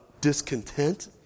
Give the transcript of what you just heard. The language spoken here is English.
discontent